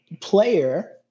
player